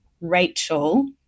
Rachel